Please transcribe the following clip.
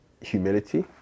humility